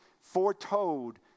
foretold